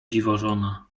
dziwożona